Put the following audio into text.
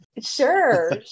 Sure